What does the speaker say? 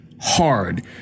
hard